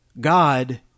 God